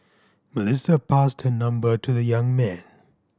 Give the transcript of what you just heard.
Melissa passed her number to the young man